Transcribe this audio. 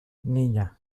niña